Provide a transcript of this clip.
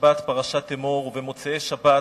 השבת פרשת אמור ובמוצאי שבת